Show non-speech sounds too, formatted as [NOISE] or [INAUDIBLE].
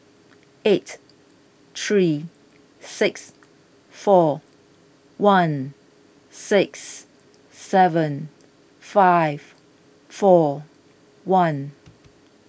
eight three six four one six seven five four one [NOISE]